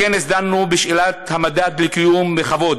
בכנס דנו בשאלת המדד לקיום בכבוד,